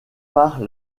par